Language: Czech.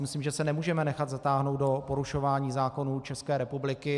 Myslím si, že se nemůžeme nechat zatáhnout do porušování zákonů České republiky.